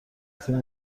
تیم